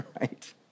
right